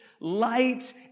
light